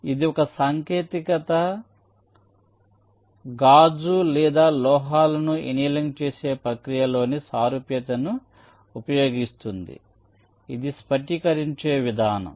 ఇది ఒక సాంకేతికత ఇది గాజు లేదా లోహాలను ఎనియలింగ్ చేసే ప్రక్రియ లోని సారూప్యతను ఉపయోగిస్తుంది ఇది స్ఫటికీకరించే విధానం